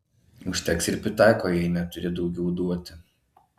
užteks ir pitako jei neturi daugiau duoti